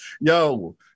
Yo